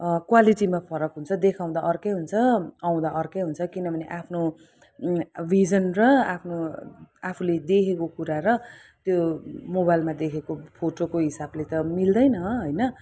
कवालिटीमा फरक हुन्छ देखाउँदा अर्कै हुन्छ आउँदा अर्कै हुन्छ किनभने आफ्नो भिजन र आफ्नो आफुले देखेको कुरा र त्यो मोबाइलमा देखेको त्यो फोटोको हिसाबले त मिल्दैन होइन